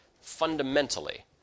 fundamentally